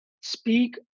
speak